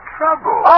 trouble